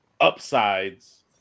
upsides